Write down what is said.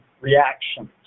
reactions